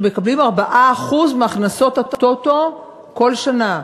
שמקבלים 4% מהכנסות הטוטו כל שנה.